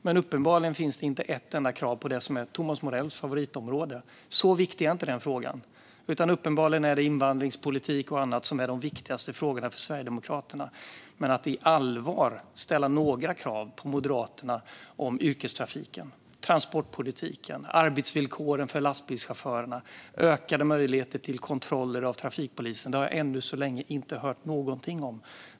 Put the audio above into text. Men uppenbarligen finns det inte ett enda krav på det som är Thomas Morells favoritområde. Så viktig är inte den frågan. Uppenbarligen är det invandringspolitik och annat som är de viktigaste frågorna för Sverigedemokraterna. Men att på allvar ställa några krav på Moderaterna om yrkestrafiken, transportpolitiken, arbetsvillkoren för lastbilschaufförer, ökade möjligheter till kontroller av trafikpolisen har jag ännu så länge inte hört någonting om.